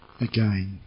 again